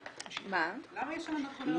למה יש שם אנדוקרינולוגית?